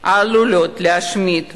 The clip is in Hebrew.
העלולות להשמיד ולהרוס.